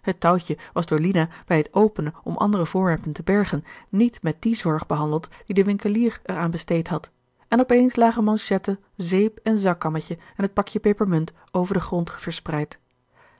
het touwtje was door lina bij het openen om andere voorwerpen te bergen niet met die zorg behandeld die de winkelier er aan besteed had en op eens lagen manchetten zeep en zakkammetje en het pakje pepermunt over den grond verspreid